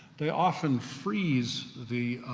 they often freeze the